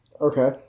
Okay